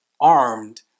armed